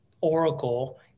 Oracle